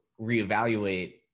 reevaluate